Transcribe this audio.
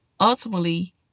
Ultimately